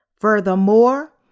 Furthermore